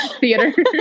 theater